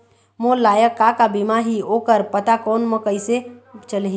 मोर लायक का का बीमा ही ओ कर पता फ़ोन म कइसे चलही?